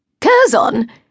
Curzon